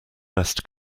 best